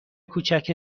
کوچک